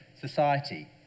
society